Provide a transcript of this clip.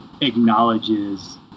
acknowledges